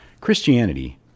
Christianity